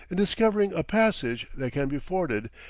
in discovering a passage that can be forded,